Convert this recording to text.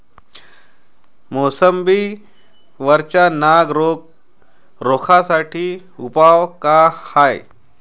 मोसंबी वरचा नाग रोग रोखा साठी उपाव का हाये?